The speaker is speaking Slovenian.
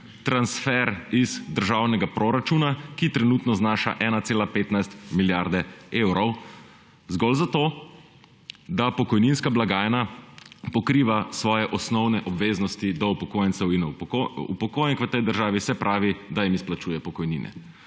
transfer iz državnega proračuna, ki trenutno znaša 1,15 milijarde evrov, zgolj zato, da pokojninska blagajna pokriva svoje osnovne obveznosti do upokojencev in upokojenk v tej državi, se pravi, da jim izplačuje pokojnine.